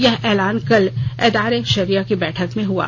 यह ऐलान कल एदारा ए सरिया की बैठक में हुआ